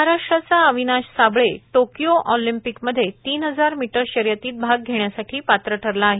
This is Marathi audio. महाराष्ट्राचा अविनाश साबळे टोकियो ऑलिंपिकमधे तीन हजार मीटर शर्यतीत भाग घेण्यासाठी पात्र ठरला आहे